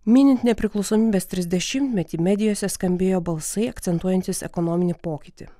minint nepriklausomybės trisdešimtmetį medijose skambėjo balsai akcentuojantys ekonominį pokytį